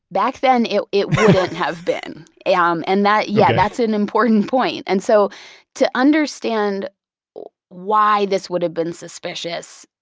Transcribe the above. back then it it wouldn't have been um and that, yeah, that's an important point. and so to understand why this would have been suspicious,